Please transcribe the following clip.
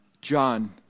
John